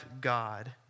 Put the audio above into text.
God